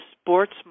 sports